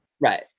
Right